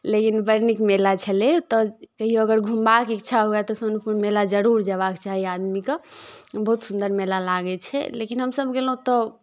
लेकिन बड़ नीक मेला छलय ओतय कहिओ अगर घुमबाक इच्छा हुए तऽ सोनपुर मेला जरूर जयबाक चाही आदमीकेँ बहुत सुन्दर मेला लागै छै लेकिन हमसभ गेलहुँ तऽ